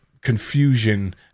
confusion